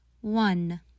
One